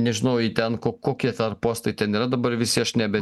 nežinau į ten ko kokie dar postai ten yra dabar visi aš nebe